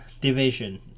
division